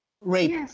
rape